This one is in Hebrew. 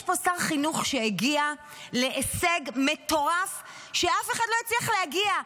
יש פה שר חינוך שהגיע להישג מטורף שאף אחד לא הצליח להגיע אליו: